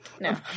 no